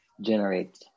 generate